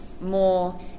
more